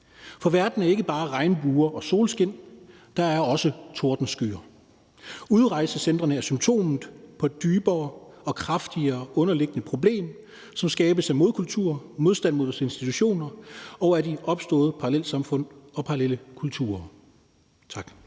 for verden er ikke bare regnbuer og solskin, der er også tordenskyer. Udrejsecentrene er symptomet på et dybere og kraftigere underliggende problem, som skabes af modkultur, af modstand mod vores institutioner og af de opståede parallelsamfund og parallelle kulturer.